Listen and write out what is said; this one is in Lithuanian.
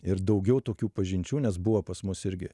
ir daugiau tokių pažinčių nes buvo pas mus irgi